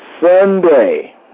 Sunday